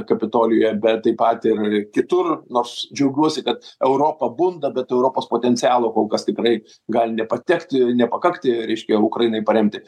kapitolijuje bet taip pat ir kitur nors džiaugiuosi kad europa bunda bet europos potencialo kol kas tikrai gali nepatekti nepakakti reiškia ukrainai paremti